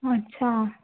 अच्छा